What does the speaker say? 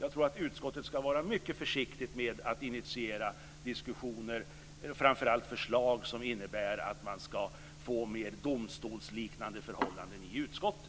Jag tror att utskottet ska vara mycket försiktigt med att initiera diskussioner och, framför allt, förslag som innebär att det blir mer domstolsliknande förhållanden i utskottet.